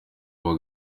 baba